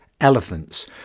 elephants